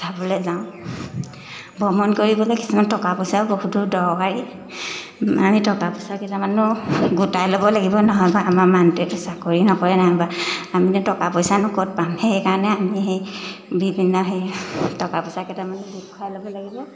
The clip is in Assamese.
চাবলৈ যাওঁ ভ্ৰমণ কৰিবলৈ কিছুমান টকা পইচাও বহুতো দৰকাৰী আমি টকা পইচা কেইটামানো গোটাই ল'ব লাগিব নহ'বা আমাৰ মানুহটোৱেতো চাকৰি নকৰে নাইবা আমিনো টকা পইচানো ক'ত পাম সেইকাৰণে আমি সেই বিভিন্ন সেই টকা পইচা কেইটামানো গোট খুৱাই ল'ব লাগিব